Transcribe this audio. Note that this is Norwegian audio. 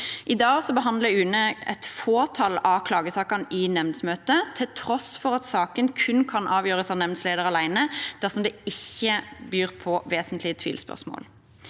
I dag behandler UNE et fåtall av klagesakene i nemndmøte, dette til tross for at saken kun kan avgjøres av nemndleder alene dersom det ikke byr på vesentlige tvilsspørsmål.